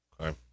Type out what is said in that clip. Okay